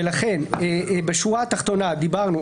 בשורה התחתונה דיברנו,